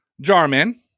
Jarman